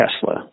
Tesla